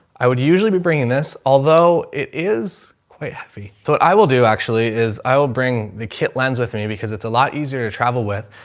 i would usually be bringing this, although it is quite happy. so i will do, actually is i will bring the kit lens with me because it's a lot easier to travel with.